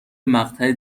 مقطع